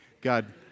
God